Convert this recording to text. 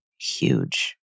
huge